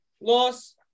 loss